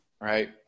right